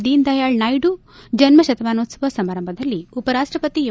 ದೀನದಯಾಳು ನಾಯ್ಲು ಜನ್ನ ಶತಮಾನೋತ್ತವ ಸಮಾರಂಭದಲ್ಲಿ ಉಪರಾಷ್ಟಪತಿ ಎಂ